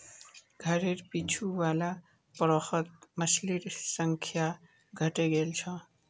घरेर पीछू वाला पोखरत मछलिर संख्या घटे गेल छ